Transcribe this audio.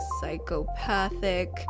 psychopathic